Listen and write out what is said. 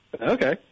Okay